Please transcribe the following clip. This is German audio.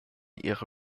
ihre